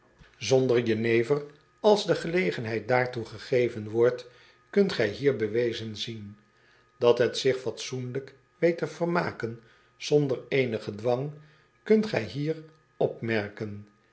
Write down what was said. potlood eel never als de gelegenheid daartoe gegeven wordt kunt gij hier bewezen zien at het zich fatsoenlijk weet te vermaken zonder eenigen dwang kunt gij hier opmerken